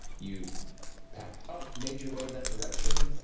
you packed up, made your way in that direction,